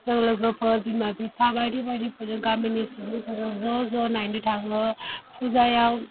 जों लोगोफोर बिमा बिफा बायदि बायदिफोर गामिनि सुबुंफोरजों ज' ज' नायनो थाङो पुजायाव